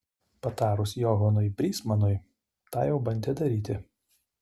patarus johanui brysmanui tą jau bandė daryti